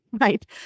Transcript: right